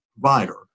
provider